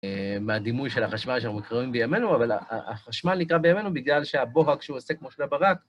מהדימוי של החשמל שאנחנו מכירים בימינו, אבל החשמל נקרא בימינו בגלל שהבוהק שהוא עושה כמו של הברק,